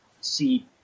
see